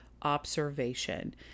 observation